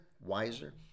wiser